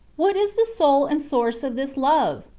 what is the soul and source of this love?